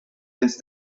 this